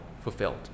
fulfilled